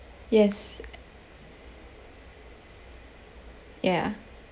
yes ya